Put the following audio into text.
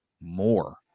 more